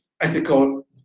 ethical